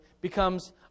becomes